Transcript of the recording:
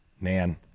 man